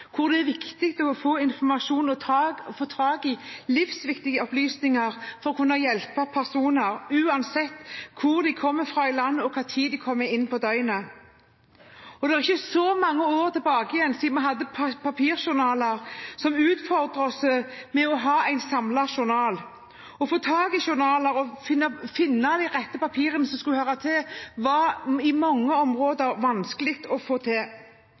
hvor det er viktig å få informasjon og få tak i livsviktige opplysninger for å kunne hjelpe personer, uansett hvor de kommer fra i landet, og når på døgnet de kommer inn. Det er ikke så mange år siden vi hadde papirjournaler som utfordret oss med hensyn til å ha en samlet journal. Å få tak i journaler og finne de rette papirene som skulle høre til, var i mange områder vanskelig å få til.